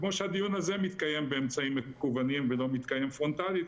כמו שהדיון הזה מתקיים באמצעים מקוונים ולא מתקיים פרונטלית,